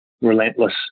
relentless